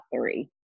three